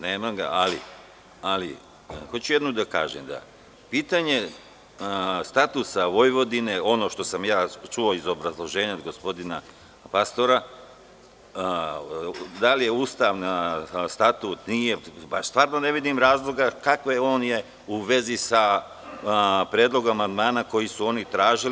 Nemam ga, ali hoću jedno da kažem da pitanje statusa Vojvodine, ono što sam ja čuo iz obrazloženja gospodina Pastora, da li je ustavan Statut, nije, stvarno ne vidim razloga u kakvoj je on vezi sa predlogom amandmana koji su oni tražili.